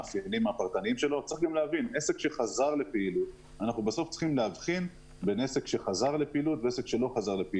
צריך גם להבחין בין עסק שחזר לפעילות לבין כזה שלא.